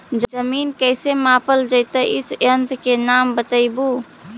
जमीन कैसे मापल जयतय इस यन्त्र के नाम बतयबु?